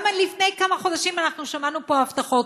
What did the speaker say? גם לפני כמה חודשים אנחנו שמענו פה הבטחות,